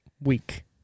week